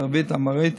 ערבית ואמהרית,